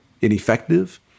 Ineffective